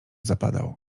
zapadał